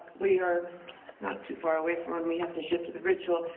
we are not too far away from when we have to shift to the ritual.